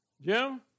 Jim